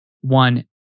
one